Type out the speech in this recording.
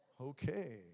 okay